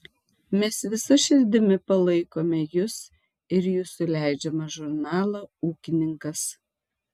mes visa širdimi palaikome jus ir jūsų leidžiamą žurnalą ūkininkas